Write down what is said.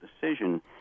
decision